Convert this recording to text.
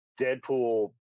Deadpool